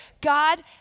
God